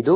ಇದು